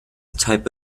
type